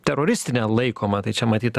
teroristine laikoma tai čia matyt